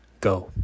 go